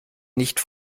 nicht